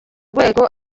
rwego